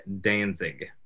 danzig